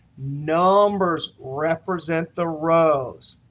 numbers represent the rows.